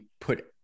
put